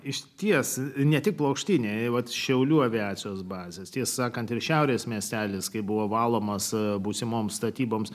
išties ne tik plokštiniai vat šiaulių aviacijos bazės ties sakant ir šiaurės miestelis kai buvo valomas būsimoms statyboms